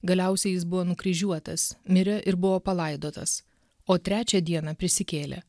galiausiai jis buvo nukryžiuotas mirė ir buvo palaidotas o trečią dieną prisikėlė